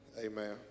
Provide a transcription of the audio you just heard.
Amen